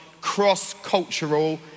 cross-cultural